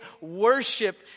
worship